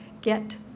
get